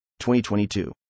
2022